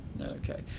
Okay